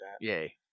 Yay